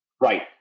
Right